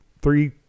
three